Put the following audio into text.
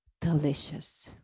delicious